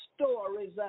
stories